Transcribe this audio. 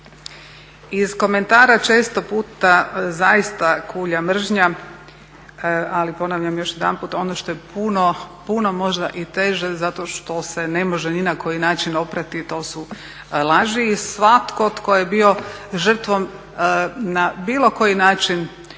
Iz komentara često puta zaista kulja mržnja, ali ponavljam još jedanput ono što je puno, puno možda i teže zato što se ne može ni na koji način oprati to su laži. I svatko tko je bio žrtvom na bilo koji način